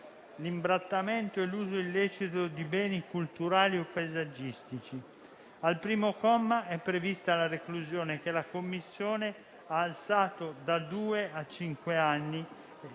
l'imbrattamento e l'uso illecito di beni culturali o paesaggistici. Al primo comma è prevista la reclusione, che la Commissione ha aumentato da due a cinque anni,